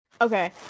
Okay